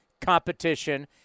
competition